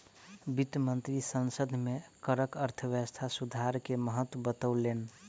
वित्त मंत्री संसद में करक अर्थव्यवस्था सुधार के महत्त्व बतौलैन